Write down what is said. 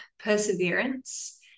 perseverance